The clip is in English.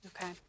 Okay